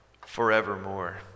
forevermore